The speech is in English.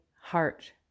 heart